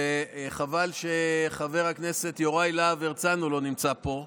וחבל שחבר הכנסת יוראי להב הרצנו לא נמצא פה,